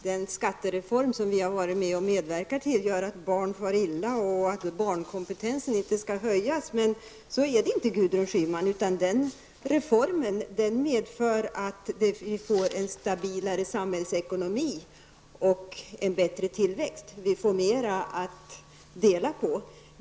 Herr talman! Gudrun Schyman säger att den skattereform som vi har medverkat till gör att barn far illa och att barnkompetensen inte skall höjas. Så är det inte, Gudrun Schyman. Den reformen medför att vi får en stabilare samhällsekonomi och en bättre tillväxt, och vi får mera att dela på.